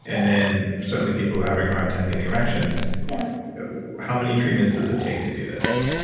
and then certainly people who are having a hard time getting erections. yeah how many treatments does it take to do this?